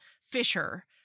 Fisher